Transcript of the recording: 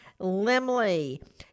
limley